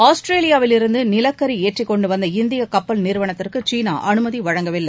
ஆஸ்திரேலியாவிலிருந்து நிலக்கரி ஏற்றிக் கொண்டு வந்த இந்திய கப்பல் நிறுத்துவதற்கு சீனா அனுமதி வழங்கவில்லை